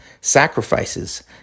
sacrifices